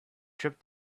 trip